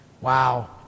Wow